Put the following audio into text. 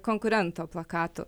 konkurento plakatų